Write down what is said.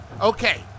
Okay